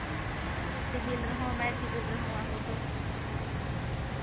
ᱟᱨ ᱥᱤᱵᱤᱞ ᱨᱮᱦᱚᱸ ᱵᱟᱭ ᱥᱤᱵᱤᱞ ᱨᱮᱦᱚᱸ ᱟᱵᱚᱫᱚ